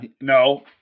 no